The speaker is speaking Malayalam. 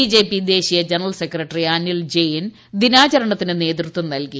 ബി ജെ പി ദേശീയ ജനറൽ സെക്രട്ടറി അനിൽ ജെയിൻ ദിനാചരണത്തിന് നേതൃത്വം നൽകി